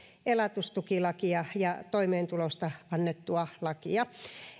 elatustukilakia ja toimeentulosta annettua lakia